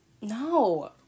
no